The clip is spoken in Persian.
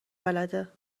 بلده